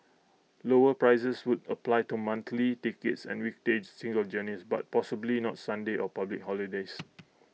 lower prices would apply to monthly tickets and weekday single journeys but possibly not Sundays or public holidays